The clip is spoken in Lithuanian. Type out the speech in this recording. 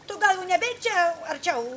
tu gal nebeeik čia arčiau